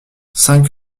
cinq